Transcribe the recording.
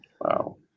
Wow